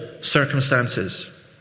circumstances